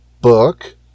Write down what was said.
Book